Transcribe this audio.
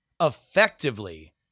effectively